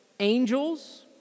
angels